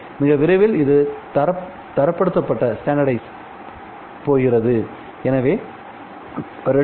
மிக விரைவில் இது தரப்படுத்தப்படப் போகிறது எனவே 2